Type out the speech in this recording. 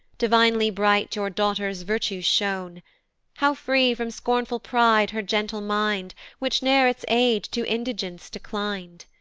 divinely bright your daughter's virtues shone how free from scornful pride her gentle mind, which ne'er its aid to indigence declin'd!